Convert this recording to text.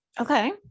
Okay